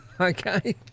Okay